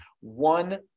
one